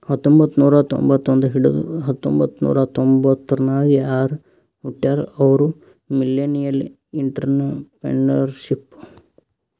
ಹತ್ತಂಬೊತ್ತ್ನೂರಾ ಎಂಬತ್ತೊಂದ್ ಹಿಡದು ಹತೊಂಬತ್ತ್ನೂರಾ ತೊಂಬತರ್ನಾಗ್ ಯಾರ್ ಹುಟ್ಯಾರ್ ಅವ್ರು ಮಿಲ್ಲೆನಿಯಲ್ಇಂಟರಪ್ರೆನರ್ಶಿಪ್